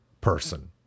person